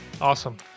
Awesome